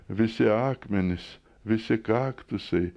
visi akmenys visi kaktusai